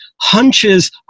hunches